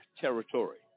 territory